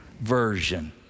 version